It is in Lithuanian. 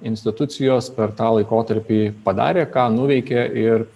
institucijos per tą laikotarpį padarė ką nuveikė ir